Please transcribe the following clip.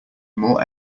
more